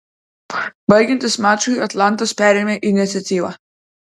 baigiantis mačui atlantas perėmė iniciatyvą